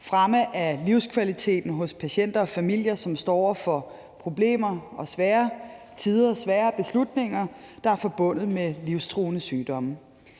fremme af livskvaliteten hos patienter og familier, som står over for problemer og svære tider og svære beslutninger, der er forbundet med livstruende sygdomme.